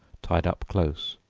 tied up close,